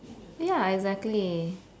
ya exactly